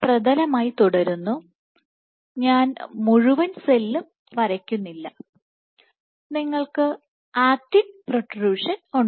ഇത് പ്രതലമായി തുടരുന്നു ഞാൻ മുഴുവൻ സെല്ലും വരയ്ക്കുന്നില്ല നിങ്ങൾക്ക് ആക്റ്റിൻ പ്രോട്രൂഷൻ ഉണ്ട്